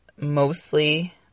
Mostly